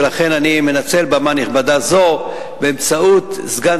ולכן אני מנצל במה נכבדה זו לקרוא באמצעות סגן